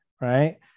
Right